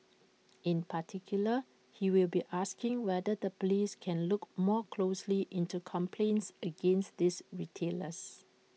in particular he will be asking whether the Police can look more closely into complaints against these retailers